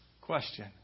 Question